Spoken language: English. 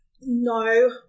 no